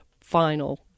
final